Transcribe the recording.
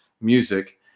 music